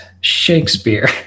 Shakespeare